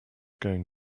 going